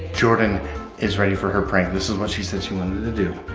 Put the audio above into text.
jordyn is ready for her prank. this is what she said she wanted to do,